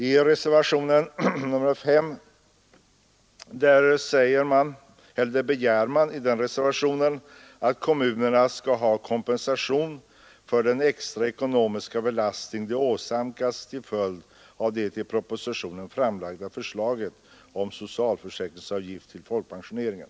I reservationen 5 begär man att kommunerna skall få kompensation för den extra ekonomiska belastning de åsamkas till följd av det i propositionen framlagda förslaget om socialförsäkringsavgift för folkpen sioneringen.